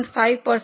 તમે તેનો 62